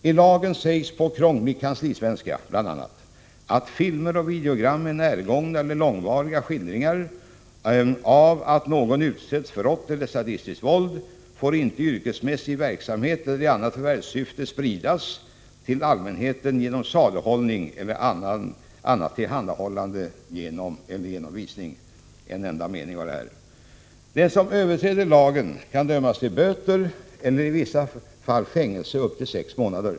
I lagen sägs på krånglig kanslisvenska bl.a.: ”Filmer och videogram med närgångna eller långvariga skildringar av att någon utsätts för rått eller sadistiskt våld får inte i yrkesmässig verksamhet eller i annat förvärvssyfte spridas till allmänheten genom saluhållning eller annat tillhandahållande eller genom visning”. Den som överträder lagen kan dömas till böter eller i vissa fall fängelse upp till sex månader.